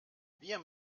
wir